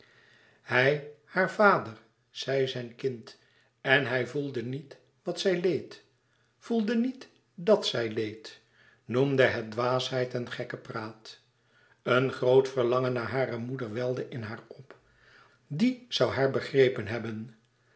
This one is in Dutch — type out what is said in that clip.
hij haar vader zij zijn kind en hij voelde niet wat zij leed voelde niet dàt zij leed noemde het dwaasheid en gekkepraat een groot verlangen naar hare moeder welde in haar op die zoû haar begrepen hebben